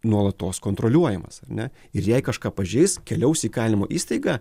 nuolatos kontroliuojamas ar ne ir jei kažką pažeis keliaus į įkalinimo įstaigą